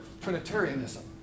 Trinitarianism